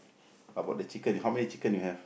how bout the chicken how many chicken you have